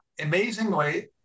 amazingly